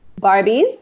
Barbies